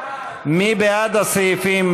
מי בעד הסעיפים?